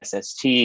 SST